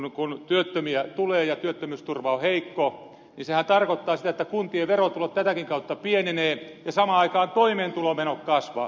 kun työttömiä tulee ja työttömyysturva on heikko niin sehän tarkoittaa sitä että kuntien verotulot tätäkin kautta pienenevät ja samaan aikaan toimeentulomenot kasvavat